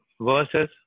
verses